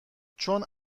چون